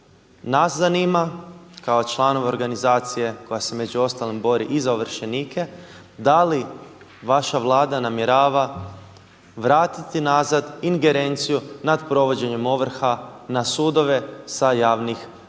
Nas zanima kao članova organizacije koja se među ostalim bori i za ovršenike, da li vaša Vlada namjerava vratiti nazad ingerenciju nad provođenjem ovrha na sudove sa javnih